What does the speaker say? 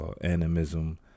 animism